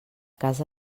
casa